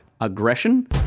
Aggression